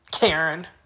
Karen